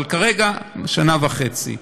כרגע זה שנה וחצי.